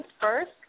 first